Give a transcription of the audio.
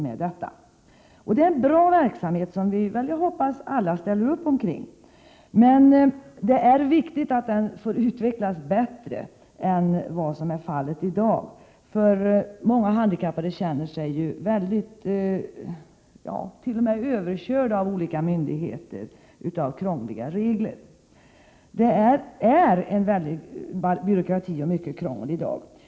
Riksfärdtjänsten är en bra verksamhet, som vi hoppas att alla ställer sig bakom. Det är emellertid viktigt att den får utvecklas bättre än vad som är fallet i dag. Många handikappade känner sig t.o.m. överkörda av olika myndigheter på grund av att reglerna är krångliga. Det är ett faktum att byråkratin kring riksfärdtjänsten i dag är omfattande och mycket krånglig.